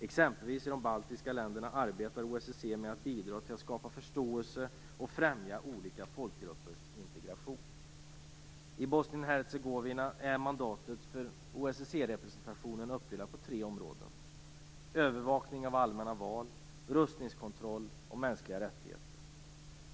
Exempelvis i de baltiska länderna arbetar OSSE med att bidra till att skapa förståelse och främja olika folkgruppers integration. representationen uppdelat på tre områden: övervakning av allmänna val, rustningskontroll och mänskliga rättigheter.